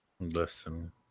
Listen